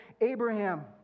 Abraham